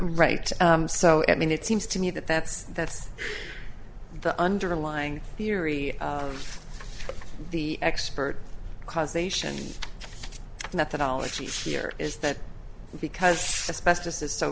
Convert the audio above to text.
right so it mean it seems to me that that's that's the underlying theory of the expert causation methodology here is that because